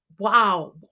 wow